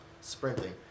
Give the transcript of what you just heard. sprinting